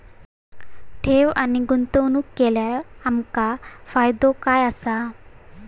ठेव आणि गुंतवणूक केल्यार आमका फायदो काय आसा?